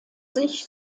sich